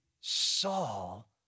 Saul